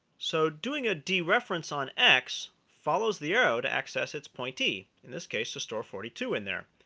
so doing a dereference on x, follows the arrow to access its pointee, in this case, the store forty two in there.